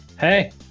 Hey